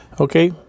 Okay